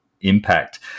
impact